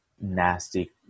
nasty